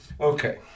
Okay